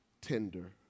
tender